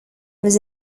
was